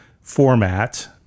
format